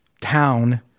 town